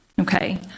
okay